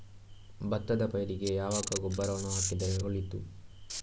ಭತ್ತದ ಪೈರಿಗೆ ಯಾವಾಗ ಗೊಬ್ಬರವನ್ನು ಹಾಕಿದರೆ ಒಳಿತು?